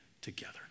together